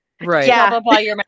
Right